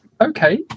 okay